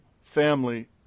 family